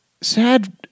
sad